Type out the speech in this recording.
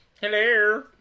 hello